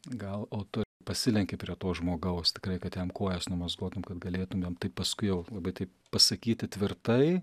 gal o tu ar pasilenki prie to žmogaus tikrai kad jam kojas numazgotum kad galėtum jam taip paskui jau labai taip pasakyti tvirtai